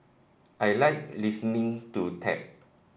I like listening to tap